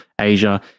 Asia